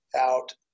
out